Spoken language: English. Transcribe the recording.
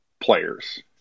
players